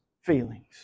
feelings